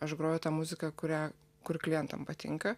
aš groju tą muziką kurią kur klientam patinka